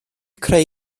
creu